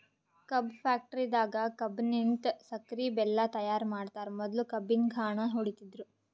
ಕಬ್ಬ್ ಫ್ಯಾಕ್ಟರಿದಾಗ್ ಕಬ್ಬಲಿನ್ತ್ ಸಕ್ಕರಿ ಬೆಲ್ಲಾ ತೈಯಾರ್ ಮಾಡ್ತರ್ ಮೊದ್ಲ ಕಬ್ಬಿನ್ ಘಾಣ ಹೊಡಿತಿದ್ರು